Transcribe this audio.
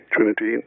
Trinity